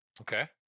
Okay